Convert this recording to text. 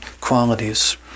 qualities